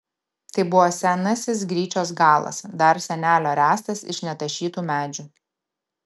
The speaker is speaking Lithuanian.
tai buvo senasis gryčios galas dar senelio ręstas iš netašytų medžių